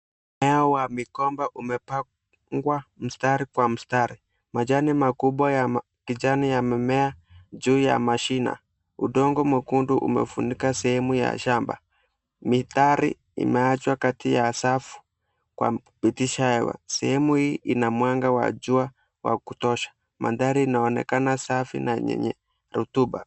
Mimea ya migomba umepangwa mstari kwa mstari. Majani makubwa ya kijani ya mimea juu ya mashina. Udongo mwekundu umefunika sehemu ya shamba. Mistari imeachwa kati ya safu kwa mpitisha. Sehemu hii ina mwanga wa jua wa kutosha. Mandhari inaonekana safi na yenye rotuba.